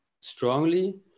strongly